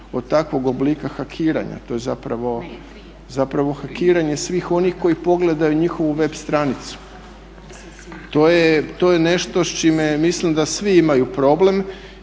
od takvog oblika hakiranja. to je zapravo hakiranje svih onih koji pogledaju njihovu web stranicu. To je nešto s čime mislim da svi imaju problem.